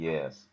Yes